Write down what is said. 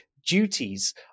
Duties